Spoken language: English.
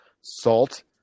salt